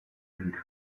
avec